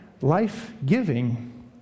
life-giving